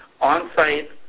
on-site